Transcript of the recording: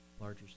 larger